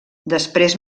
després